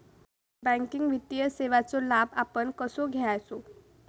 Banking वित्तीय सेवाचो लाभ आपण कसो घेयाचो?